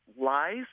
lies